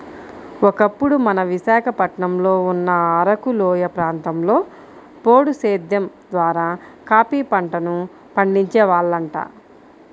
ఒకప్పుడు మన విశాఖపట్నంలో ఉన్న అరకులోయ ప్రాంతంలో పోడు సేద్దెం ద్వారా కాపీ పంటను పండించే వాళ్లంట